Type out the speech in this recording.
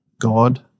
God